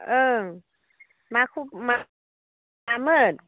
ओं माखौ मा मामोन